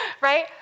right